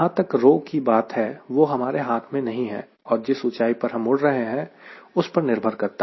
जहां तक की बात है वह हमारे हाथ में नहीं है और जिस ऊंचाई पर हम उड़ रहे हैं उस पर निर्भर करता है